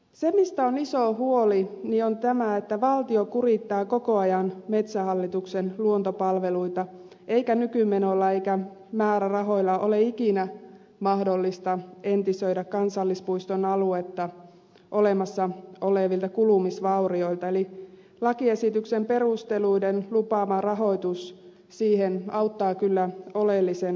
se mistä on iso huoli on tämä että valtio kurittaa koko ajan metsähallituksen luontopalveluita eikä nykymenolla eikä määrärahoilla ole ikinä mahdollista entisöidä kansallispuiston aluetta olemassa olevilta kulumisvaurioilta eli lakiesityksen perusteluiden lupaama rahoitus siihen auttaa kyllä oleellisen paljon